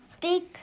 big